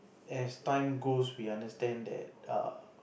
as time goes we understand that err